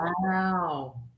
Wow